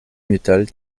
metal